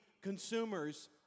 consumers